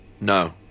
No